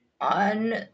on